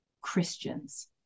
Christians